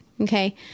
Okay